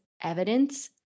evidence